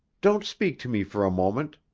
don't speak to me for a moment,